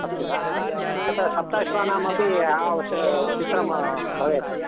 अस्ति वा तत्र सप्त अश्वानामपि आवश्य चित्रं भवेत्